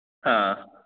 ꯑꯥ